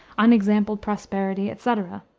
unexampled prosperity, etc.